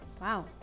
Wow